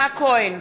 משתתף"?